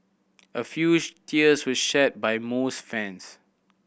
a few tears were shed by most fans